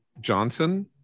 Johnson